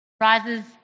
rises